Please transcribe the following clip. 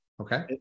Okay